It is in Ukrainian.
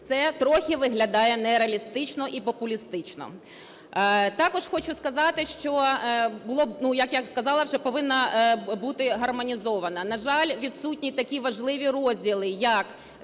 Це трохи виглядає нереалістично і популістично. Також хочу сказати, що було б, ну, як я вже сказала вже, повинна бути гармонізована. На жаль, відсутні такі важливі розділи, як